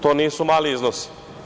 To nisu mali iznosi.